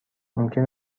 ممکن